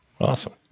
Awesome